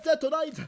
tonight